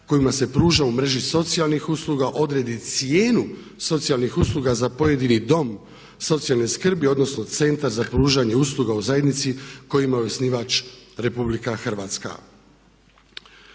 kojima se pruža u mreži socijalnih usluga odredi cijenu socijalnih usluga za pojedini dom socijalne skrbi, odnosno Centra za pružanje usluga u zajednici kojima je osnivač Republika Hrvatska.